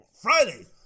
Friday